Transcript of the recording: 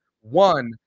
one